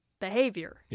behavior